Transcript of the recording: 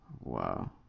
Wow